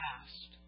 past